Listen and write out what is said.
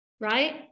right